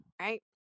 Right